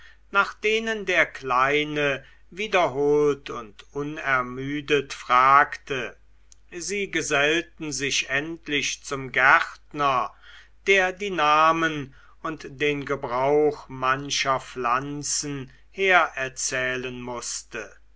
nach denen der kleine wiederholt und unermüdet fragte sie gesellten sich endlich zum gärtner der die namen und den gebrauch mancher pflanzen hererzählen mußte